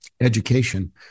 education